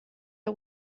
der